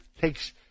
takes